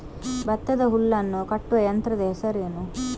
ಭತ್ತದ ಹುಲ್ಲನ್ನು ಕಟ್ಟುವ ಯಂತ್ರದ ಹೆಸರೇನು?